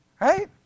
Right